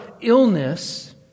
illness